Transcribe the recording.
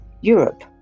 Europe